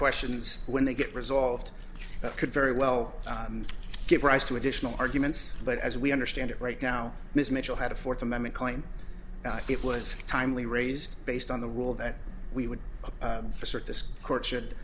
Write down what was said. questions when they get resolved that could very well give rise to additional arguments but as we understand it right now ms mitchell had a fourth amendment claim it was timely raised based on the rule that we would assert this court should